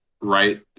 right